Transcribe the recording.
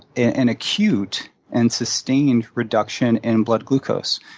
an acute and sustained reduction in blood glucose.